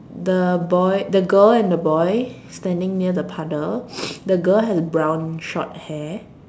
the boy the girl and the boy standing near the puddle the girl has brown short hair